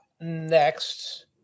next